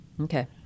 Okay